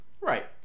right